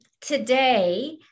Today